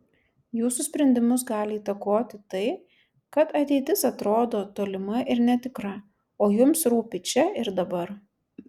jūsų sprendimus gali įtakoti tai kad ateitis atrodo tolima ir netikra o jums rūpi čia ir dabar